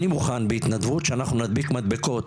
אני מוכן בהתנדבות שאנחנו נדביק מדבקות